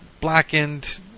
blackened